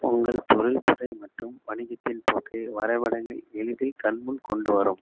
உங்கள் தொழில்துறை மற்றும் வணிகத்தின் போக்கை வரை எளிதில் கண் முன் கொண்டு வரும்